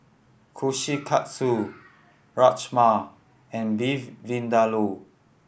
Kushikatsu Rajma and Beef Vindaloo